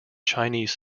chinese